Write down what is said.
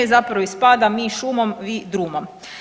Zapravo ispada mi šumom, vi drumom.